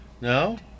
No